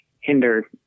hinder